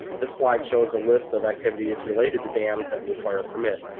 this slide shows a list of activities related to dams that require a permit.